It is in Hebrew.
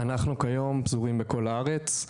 אנחנו כיום פזורים בכל הארץ,